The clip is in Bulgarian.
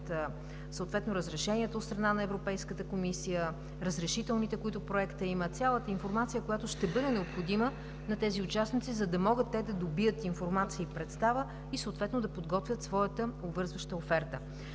съответно разрешението от страна на Европейската комисия, разрешителните, които има Проектът, цялата информация, която ще бъде необходима на участниците, за да могат да добият информация и представа и да подготвят съответно своята обвързваща оферта.